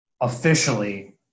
officially